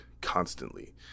constantly